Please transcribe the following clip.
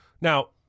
Now